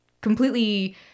completely